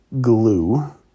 glue